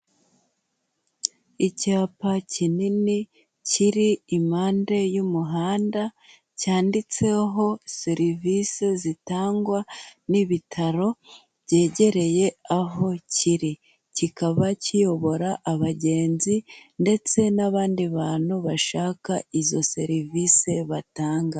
Icyapa kinini kiri impande y'umuhanda cyanditseho serivisi zitangwa n'ibitaro byegereye aho kiri, kikaba kiyobora abagenzi ndetse n'abandi bantu bashaka izo serivisi batanga.